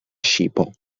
ŝipo